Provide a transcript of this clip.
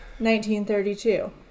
1932